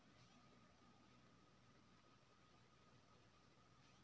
सेब उपजाबै मे दोसर राज्य नागालैंड केँ बुझल जाइ छै